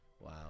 Wow